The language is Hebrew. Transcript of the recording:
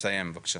תסיים, בבקשה.